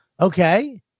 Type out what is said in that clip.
Okay